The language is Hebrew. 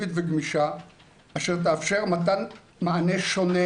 אינטגרטיבית וגמישה שתאפשר מתן מענה שונה